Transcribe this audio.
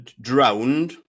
drowned